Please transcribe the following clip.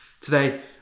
Today